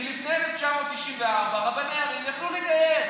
כי לפני 1994 רבני ערים יכלו לגייר,